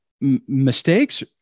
mistakes